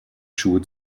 schuhe